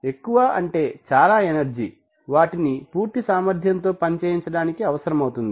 ఎక్కువ అంటే చాలా ఎనర్జి వాటిని పూర్తి సామర్ధ్యంతో పనిచేయించడానికి అవసరం అవుతుంది